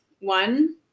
One